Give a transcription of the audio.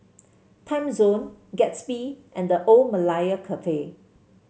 Timezone Gatsby and The Old Malaya Cafe